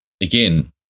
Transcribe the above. again